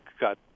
got